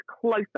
closer